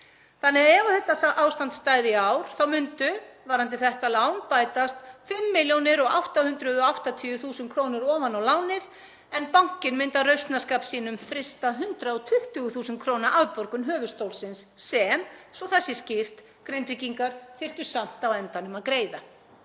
mánuði. Ef þetta ástand stæði í ár myndu varðandi þetta lán bætast 5.880.000 kr. ofan á lánið en bankinn myndi af rausnarskap sínum frysta 120.000 kr. afborgun höfuðstólsins sem, svo það sé skýrt, Grindvíkingar þyrftu samt á endanum að greiða.